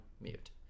mute